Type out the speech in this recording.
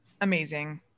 amazing